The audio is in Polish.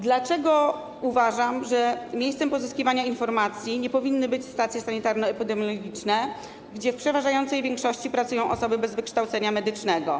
Dlaczego uważam, że miejscem pozyskiwania informacji nie powinny być stacje sanitarno-epidemiologiczne, gdzie w przeważającej większości pracują osoby bez wykształcenia medycznego?